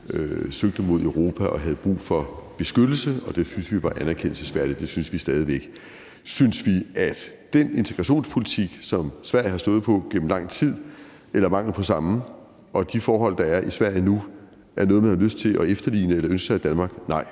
søgte mod Europa og havde brug for beskyttelse, og det syntes vi var anerkendelsesværdigt. Det synes vi stadig væk. Synes vi, at den integrationspolitik, som Sverige har stået for igennem lang tid – eller mangel på samme – og de forhold, der er i Sverige nu, er noget, man har lyst til at efterligne eller ønske sig i Danmark? Nej,